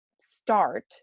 start